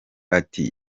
ati